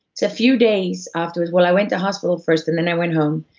it's a few days afterwards, well i went to hospital first, and then i went home.